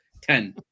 ten